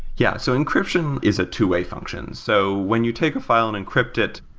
yeah. so encryption is a two way function. so when you take a file and encrypt it,